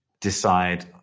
decide